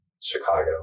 Chicago